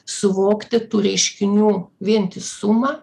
suvokti tų reiškinių vientisumą